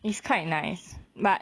is quite nice but